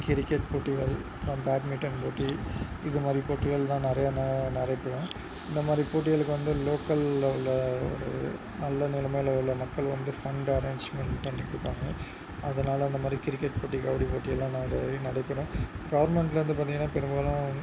cricket போட்டிகள் badminton போட்டி இதுமாதிரி போட்டிகளெலாம் நிறையா தான் நடைபெறும் இந்தமாதிரி போட்டிகளுக்கு வந்து லோக்கலில் உள்ள ஒரு நல்ல நிலைமையில் உள்ள மக்கள் வந்து ஃபண்ட் அரேஞ்ச்மென்ட் பண்ணிக்கிட்டாங்க அதனாலே அந்தமாதிரி கிரிக்கெட் போட்டிகள் கபடி போட்டி எல்லாம் நிறையாவே நடைபெறும் கவெர்மென்ட்டில் வந்து பார்த்திங்கன்னா பெரும்பாலும்